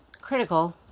Critical